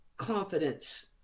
confidence